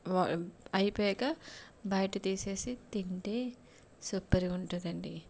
అయిపోయాక బయట తీసి తింటే సూపర్గా ఉంటుందండి